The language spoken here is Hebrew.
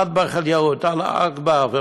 אטבח אל-יהוד, אללהו אכבר.